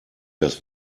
das